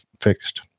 fixed